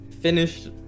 Finished